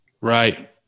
Right